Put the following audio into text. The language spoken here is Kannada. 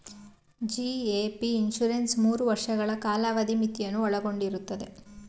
ಜಿ.ಎ.ಪಿ ಇನ್ಸೂರೆನ್ಸ್ ಮೂರು ವರ್ಷಗಳ ಕಾಲಾವಧಿ ಮಿತಿಯನ್ನು ಒಳಗೊಂಡಿರುತ್ತದೆ